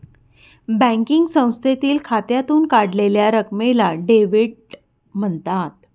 banking संस्थेतील खात्यातून काढलेल्या रकमेला डेव्हिड म्हणतात